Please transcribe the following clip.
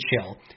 chill